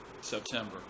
September